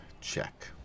check